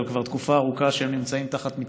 אבל כבר תקופה ארוכה שהם נמצאים תחת מתקפה,